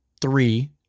three